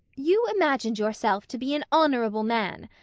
you imagined yourself to be an honourable man!